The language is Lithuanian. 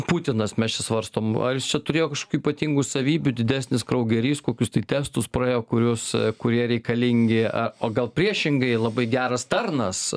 putinas mes čia svarstom ar jis čia turėjo kažkokių ypatingų savybių didesnis kraugerys kokius tai testus praėjo kurius kurie reikalingi o gal priešingai labai geras tarnas